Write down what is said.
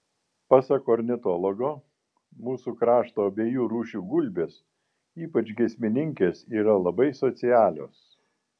pasak ornitologo mūsų kraštų abiejų rūšių gulbės ypač giesmininkės yra labai socialios